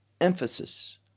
emphasis